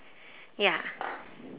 ya